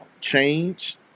change